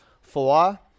Four